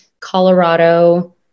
Colorado